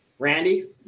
Randy